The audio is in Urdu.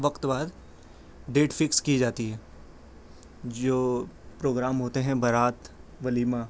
وقت بعد ڈیٹس فکس کی جاتی ہے جو پروگرام ہوتے ہیں برات ولیمہ